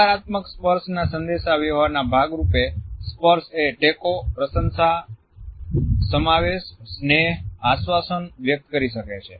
સકારાત્મક સ્પર્શના સંદેશા વ્યવહારના ભાગ રૂપે સ્પર્શ એ ટેકો પ્રશંસા સમાવેશ સ્નેહ આશ્વાસન વ્યક્ત કરી શકે છે